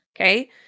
okay